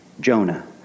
Jonah